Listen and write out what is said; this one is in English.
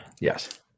yes